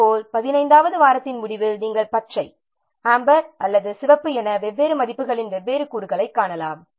இதேபோல் 15 வது வாரத்தின் முடிவில் நாம் பச்சை அம்பர் அல்லது சிவப்பு என வெவ்வேறு மதிப்புகளின் வெவ்வேறு கூறுகளைக் காணலாம்